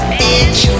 bitch